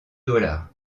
dollars